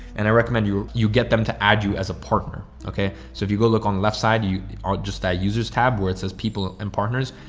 and i recommend you you get them to add you as a partner. okay, so if you go look on the left side, you are just that users tab where it says people and partners,